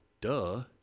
duh